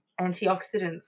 antioxidants